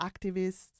activists